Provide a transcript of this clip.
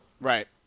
Right